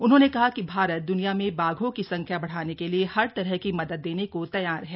उन्होंने कहा कि भारत द्निया में बाघों की संख्या बढ़ाने के लिए हर तरह की मदद देने को तैयार है